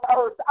earth